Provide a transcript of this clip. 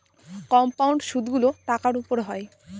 compound সুদগুলো টাকার উপর হয়